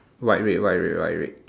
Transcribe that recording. white red white red white red